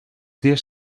dies